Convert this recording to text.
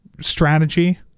strategy